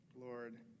Lord